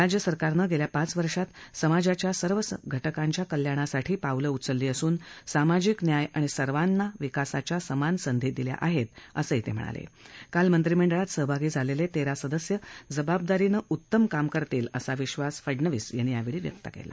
राज्यसरकारनं गव्वा पाच वर्षात समाजाच्या सर्व संघटकांच्या कल्याणासाठी पावलं उचली असून सामाजिक न्याय आणि सर्वांना विकासाच्या समान संधी दिल्या आहा असं मुख्यमंत्री म्हणाला काल मंत्रीमंडळात सहभागी झालव्वांगे सदस्य जबाबदारीनं उत्तम काम करतील असा विश्वास फडणवीस यांनी यावछी व्यक्त कला